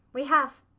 we have.